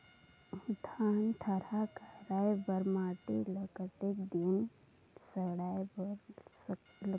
धान थरहा लगाय बर माटी ल कतेक दिन सड़ाय बर लगथे?